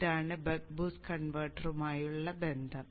ഇതാണ് buck boost കൺവെർട്ടറുമായുള്ള ബന്ധം